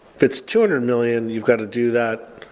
if it's two hundred million, you've got to do that.